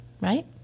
right